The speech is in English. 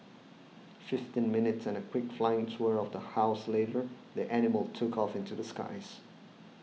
fifteen minutes and a quick flying tour of the house later the animal took off into the skies